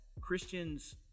christians